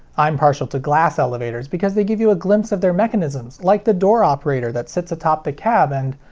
i'm partial to glass elevators because they give you a glimpse of their mechanisms, like the door operator that sits atop the cab and.